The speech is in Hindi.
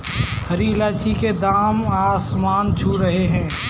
हरी इलायची के दाम आसमान छू रहे हैं